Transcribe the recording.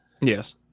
Yes